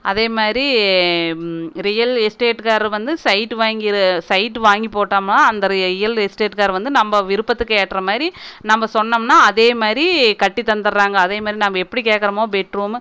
அதே மாதிரி ரியல் எஸ்டேட்காரர் வந்து சைட்டு வாங்கி சைட்டு வாங்கி போட்டோமோ அந்த ரியல் எஸ்டேட்காரரு வந்து நம்ம விருப்பத்துக்கு ஏற்ற மாதிரி நம்ம சொன்னோம்னா அதே மாதிரி கட்டி தந்தடுறாங்க அதே மாதிரி நம்ம எப்படி கேட்கறமோ பெட் ரூம்மு